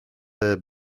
her